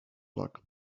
luck